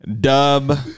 dub